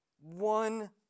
one